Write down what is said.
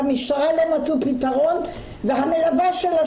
במשטרה לא מצאו פתרון והמלווה שלה,